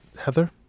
Heather